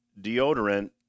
deodorant